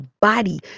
body